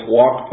walk